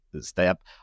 step